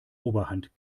oberhand